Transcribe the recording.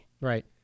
right